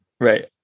right